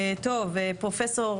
טוב, פרופסור